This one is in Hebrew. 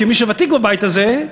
כמי שוותיק בבית הזה,